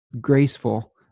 graceful